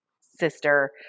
sister